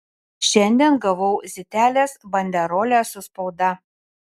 šiandien gavau zitelės banderolę su spauda